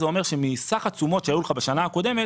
זה אומר שמסך התשומות שהיו לך בשנה הקודמת